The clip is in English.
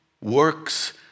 works